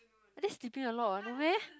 that's sleeping a lot what no meh